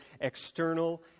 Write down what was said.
external